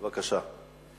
בבקשה.